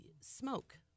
smoke